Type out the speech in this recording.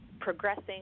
progressing